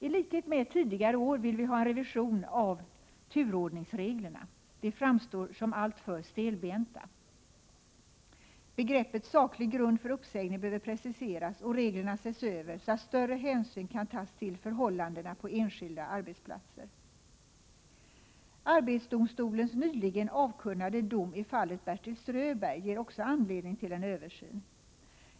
I likhet med tidigare år vill vi ha en revision av turordningsreglerna. De framstår som alltför stelbenta. Begreppet saklig grund för uppsägning behöver preciseras och reglerna ses över, så att större hänsyn kan tas till förhållandena på enskilda arbetsplatser. Arbetsdomstolens nyligen avkunnade dom i fallet Bertil Ströberg ger också anledning till en översyn.